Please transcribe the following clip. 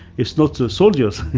it's not so soldiers,